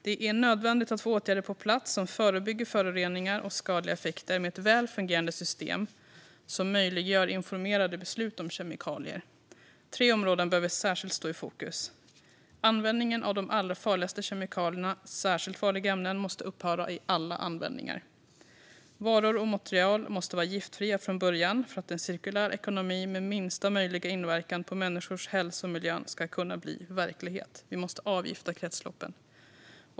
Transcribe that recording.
Det är nödvändigt att få åtgärder på plats som förebygger föroreningar och skadliga effekter med ett väl fungerande system som möjliggör informerade beslut om kemikalier. Tre områden behöver särskilt stå i fokus. All användning av de allra farligaste kemikalierna - särskilt farliga ämnen - måste upphöra. Varor och material måste vara giftfria från början för att en cirkulär ekonomi med minsta möjliga inverkan på människors hälsa och på miljön ska kunna bli verklighet. Vi måste avgifta kretsloppen.